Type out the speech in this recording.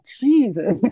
jesus